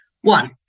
One